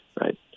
right